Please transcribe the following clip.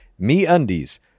MeUndies